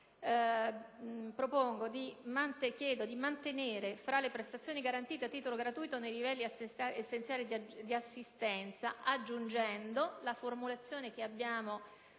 chiedo di mantenere «le prestazioni garantite a titolo gratuito nei livelli essenziali di assistenza», aggiungendo la formulazione, che abbiamo